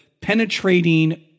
penetrating